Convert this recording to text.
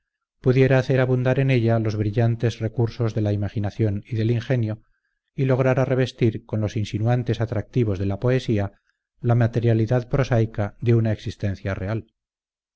pudiera hacer abundar en ella los brillantes recursos de la imaginación y del ingenio y lograra revestir con los insinuantes atractivos de la poesía la materialidad prosaica de una existencia real